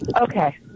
Okay